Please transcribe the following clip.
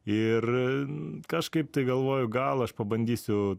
ir kažkaip tai galvoju gal aš pabandysiu